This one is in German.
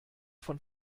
von